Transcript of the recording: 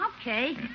Okay